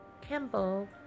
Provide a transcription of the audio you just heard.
Campbell